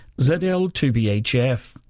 ZL2BHF